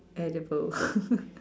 edible